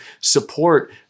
support